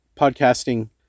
podcasting